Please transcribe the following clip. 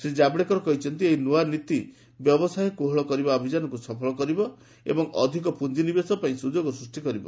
ଶ୍ରୀ ଜାଭଡେକର କହିଛନ୍ତି ଏହି ନୂଆ ନୀତି ବ୍ୟବସାୟ କୋହଳ କରିବା ଅଭିଯାନକୁ ସଫଳ କରିବ ଏବଂ ଅଧିକ ପ୍ରଞ୍ଜିନିବେଶ ପାଇଁ ସ୍ରଯୋଗ ସୃଷ୍ଟି କରିବ